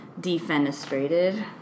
defenestrated